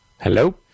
Hello